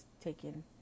taken